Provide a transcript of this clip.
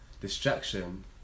distraction